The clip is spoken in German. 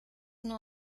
nur